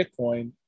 Bitcoin